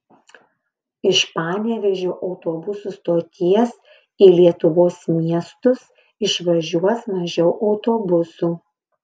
iš panevėžio autobusų stoties į lietuvos miestus išvažiuos mažiau autobusų